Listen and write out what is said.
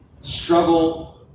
struggle